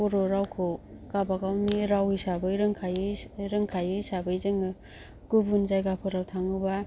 बर' रावखौ गावबा गावनि राव हिसाबै रोंखायो रोंखायो हिसाबै जोङो गुबुन जायगाफोराव थाङोबा